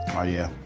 ah yeah.